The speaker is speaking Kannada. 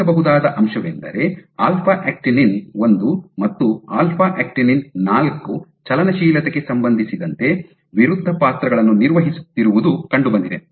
ಗಮನಿಸಬಹುದಾದ ಅಂಶವೆಂದರೆ ಆಲ್ಫಾ ಆಕ್ಟಿನಿನ್ ಒಂದು ಮತ್ತು ಆಲ್ಫಾ ಆಕ್ಟಿನಿನ್ ನಾಲ್ಕು ಚಲನಶೀಲತೆಗೆ ಸಂಬಂಧಿಸಿದಂತೆ ವಿರುದ್ಧ ಪಾತ್ರಗಳನ್ನು ನಿರ್ವಹಿಸುತ್ತಿರುವುದು ಕಂಡುಬಂದಿದೆ